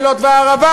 אילות והערבה,